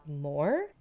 more